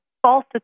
false